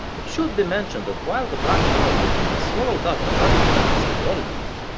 it should be mentioned that while the black power movement was swallowed up by radical leftist ideologies,